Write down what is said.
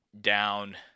down